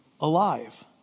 alive